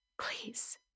Please